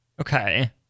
Okay